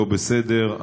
לא בסדר,